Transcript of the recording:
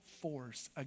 force